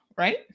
Right